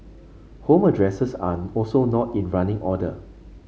home addresses are also not in running order